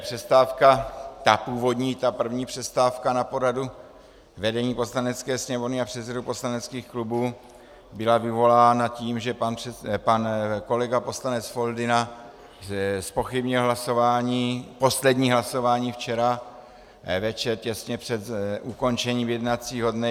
Přestávka, ta původní, ta první přestávka na poradu vedení Poslanecké sněmovny a předsedů poslaneckých klubů, byla vyvolána tím, že pan kolega poslanec Foldyna zpochybnil hlasování, poslední hlasování včera večer těsně před ukončením jednacího dne.